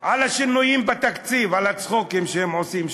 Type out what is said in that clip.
על השינויים בתקציב, על הצחוקים שהם עושים שם.